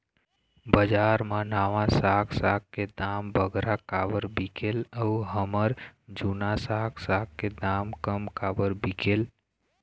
बजार मा नावा साग साग के दाम बगरा काबर बिकेल अऊ हमर जूना साग साग के दाम कम काबर बिकेल?